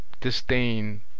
Disdain